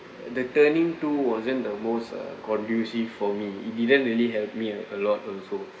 the turning to wasn't the most uh conducive for me it didn't really help me a lot also